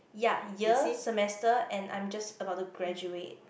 ya year semester and I'm just about to graduate